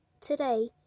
today